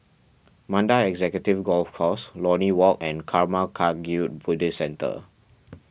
Mandai Executive Golf Course Lornie Walk and Karma Kagyud Buddhist Centre